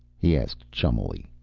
he asked chummily.